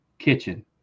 kitchen